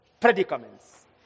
predicaments